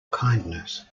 kindness